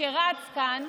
שרץ כאן,